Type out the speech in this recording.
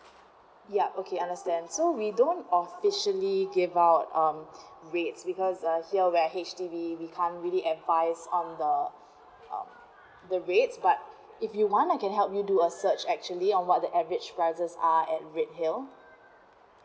ya okay understand so we don't officially gave out um rates because uh here where H_D_B we can't really advise on the um the rates but if you want I can help you do a search actually on what the average prices are at redhill